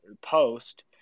post